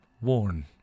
worn